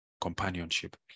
companionship